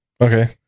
Okay